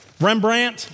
Rembrandt